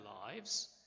lives